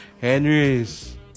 Henry's